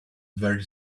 very